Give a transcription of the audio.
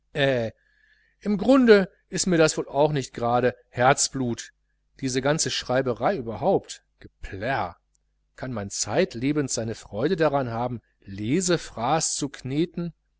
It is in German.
im grunde ist mir das wohl auch nicht grade herzblut diese ganze schreiberei überhaupt geplärr kann man zeitlebens seine freude daran haben lesefraß zu kneten